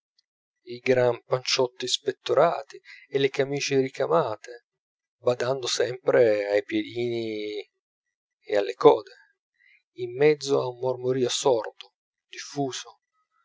i gran panciotti spettorati e le camicie ricamate badando sempre ai piedini e alle code in mezzo a un mormorìo sordo diffuso